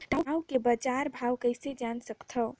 टाऊ के बजार भाव कइसे जान सकथव?